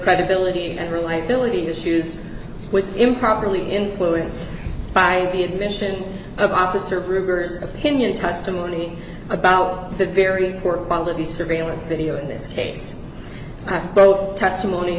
credibility and reliability issues was improperly influenced by the admission of officer gruber's opinion testimony about the very poor quality surveillance video in this case both testimony